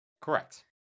Correct